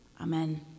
Amen